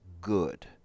good